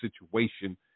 situation